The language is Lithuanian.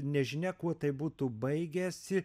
nežinia kuo tai būtų baigęsi